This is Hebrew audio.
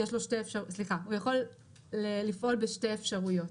סליחה, הוא יכול לפעול בשתי אפשרויות: